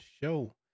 show